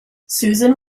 susan